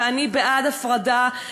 ואני בעד הפרדה.